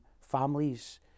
families